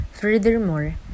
Furthermore